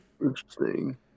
interesting